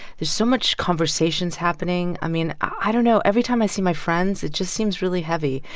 there's so much conversations happening. i mean, i don't know. every time i see my friends, it just seems really heavy.